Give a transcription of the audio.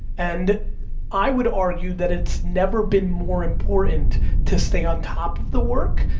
and i would argue that it's never been more important to stay on top of the work,